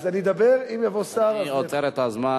אז אני אדבר, אם יבוא שר, אני עוצר את הזמן.